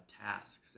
tasks